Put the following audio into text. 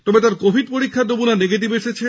তব তাঁর কোভিড পরীক্ষার নমুনা নেগেটিভ এসেছে